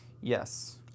Yes